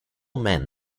men